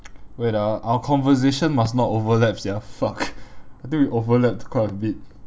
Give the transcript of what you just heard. wait ah our conversation must not overlap sia fuck I think we overlapped quite a bit